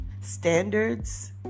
Standards